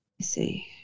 see